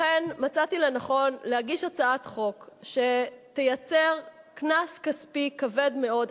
לכן מצאתי לנכון להגיש הצעת חוק שתייצר קנס כספי כבד מאוד,